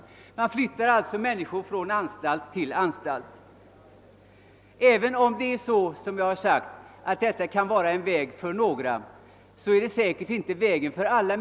Man flyttar alltså människor från anstalt till anstalt. Även om detta kan vara en väg för några till resocialisering är det säkert inte vägen för alla.